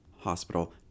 Hospital